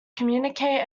communicate